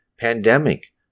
pandemic